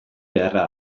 beharra